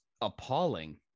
appalling